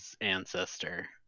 ancestor